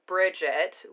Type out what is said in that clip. Bridget